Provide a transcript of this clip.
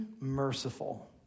merciful